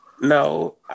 No